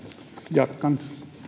jatkan